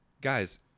guys